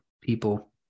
people